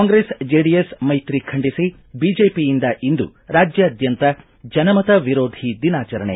ಕಾಂಗ್ರೆಸ್ ಜೆಡಿಎಸ್ ಮೈತ್ರಿ ಖಂಡಿಸಿ ಬಿಜೆಪಿಯಿಂದ ಇಂದು ರಾಜ್ಯಾದ್ಯಂತ ಜನಮತ ವಿರೋಧಿ ದಿನಾಚರಣೆ